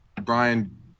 Brian